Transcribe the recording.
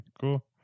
cool